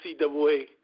NCAA